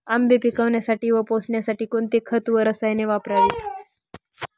आंबे पिकवण्यासाठी व पोसण्यासाठी कोणते खत व रसायने वापरावीत?